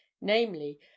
namely